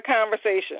conversation